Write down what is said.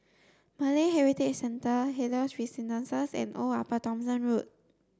Malay Heritage Centre Helios Residences and Old Upper Thomson Road